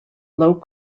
low